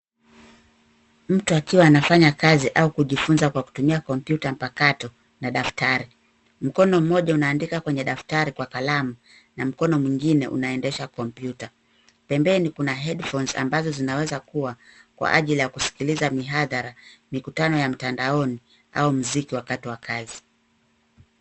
Mtu akiwa anafanya kazi au kujifunza kwa kutumia kompyuta mpakato na daftari. Mkono mmoja unaandika kwenye daftari kwa kalamu na mkono mwingine unaendesha kompyuta. Pembeni kuna headphones ambazo zinaweza kuwa kwa ajili ya kusikiliza mihadhara, mikutano ya mtandaoni au mziki wakati wa kazi.